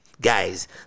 guys